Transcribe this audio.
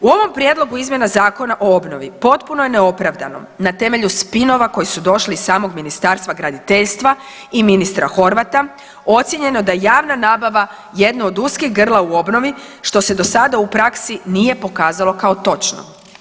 U ovom prijedlogu izmjena Zakona o obnovi potpuno je neopravdano na temelju spinova koji su došli iz samog Ministarstva graditeljstva i ministra Horvata ocijenjeno je da je javna nabava jedno od uskih grla u obnovi, što se do sada u praksi nije pokazalo kao točno.